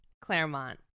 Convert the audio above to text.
Claremont